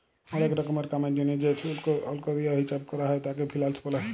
ওলেক রকমের কামের জনহে যে অল্ক দিয়া হিচ্চাব ক্যরা হ্যয় তাকে ফিন্যান্স ব্যলে